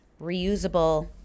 reusable –